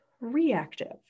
reactive